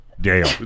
Dale